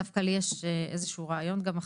מה שמנהל מחלקה מרשה לעצמו מול הסטז'רית והמתמחה זה כאין